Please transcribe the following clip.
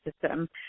system